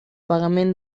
pagament